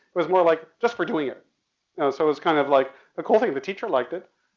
was more like just for doing it. you know so it was kind of like a cool thing. the teacher liked it,